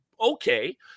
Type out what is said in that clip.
okay